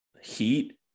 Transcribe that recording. heat